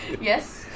Yes